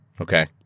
Okay